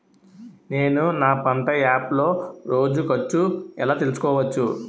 నేను నా పంట యాప్ లో రోజు ఖర్చు ఎలా తెల్సుకోవచ్చు?